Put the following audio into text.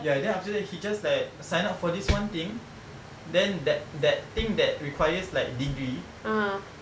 ya then after that he just like sign up for this one thing then that that thing that requires like degree